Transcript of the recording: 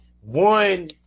one